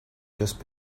just